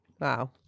Wow